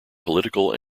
political